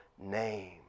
name